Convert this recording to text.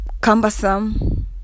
cumbersome